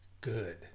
Good